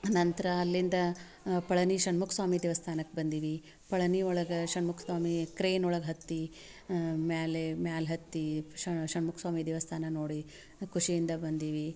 ನಂತರ ಅಲ್ಲಿಂದ ಪಳನಿ ಷಣ್ಮುಖ ಸ್ವಾಮಿ ದೇವಸ್ಥಾನಕ್ಕೆ ಬಂದಿವಿ ಪಳನಿ ಒಳಗೆ ಷಣ್ಮುಖ ಸ್ವಾಮಿ ಕ್ರೈನ್ ಒಳಗೆ ಹತ್ತಿ ಮೇಲೆ ಮ್ಯಾಲೆ ಹತ್ತಿ ಷಣ್ಮುಖ ಸ್ವಾಮಿ ದೇವಸ್ಥಾನ ನೋಡಿ ಖುಷಿಯಿಂದ ಬಂದೀವಿ